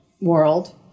world